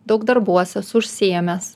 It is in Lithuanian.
daug darbuose esu užsiėmęs